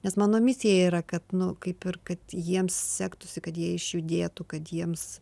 nes mano misija yra kad nu kaip ir kad jiems sektųsi kad jie išjudėtų kad jiems